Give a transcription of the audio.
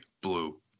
blue